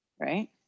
right